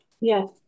Yes